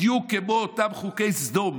בדיוק כמו אותם חוקי סדום.